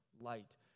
light